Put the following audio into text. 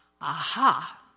Aha